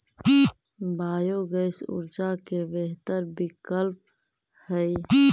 biogas ऊर्जा के बेहतर विकल्प हई